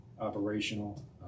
operational